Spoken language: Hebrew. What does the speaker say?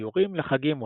איורים לחגים ולמועדים,